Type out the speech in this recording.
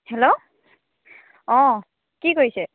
hello অঁ কি কৰিছে